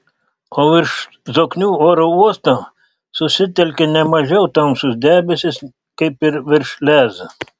o virš zoknių oro uosto susitelkė ne mažiau tamsūs debesys kaip ir virš lez